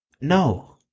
no